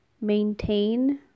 maintain